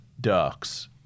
Ducks